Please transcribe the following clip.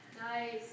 Nice